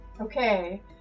Okay